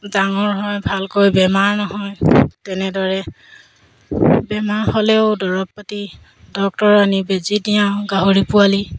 ডাঙৰ হয় ভালকৈ বেমাৰ নহয় তেনেদৰে বেমাৰ হ'লেও দৰৱ পাতি ডক্তৰ আনি বেজী দিয়াওঁ গাহৰি পোৱালি